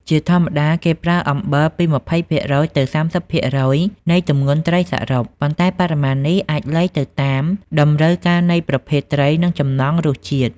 ជាធម្មតាគេប្រើអំបិលពី ២០% ទៅ ៣០% នៃទម្ងន់ត្រីសរុប ប៉ុន្តែបរិមាណនេះអាចលៃទៅតាមតម្រូវការនៃប្រភេទត្រី និងចំណង់រសជាតិ។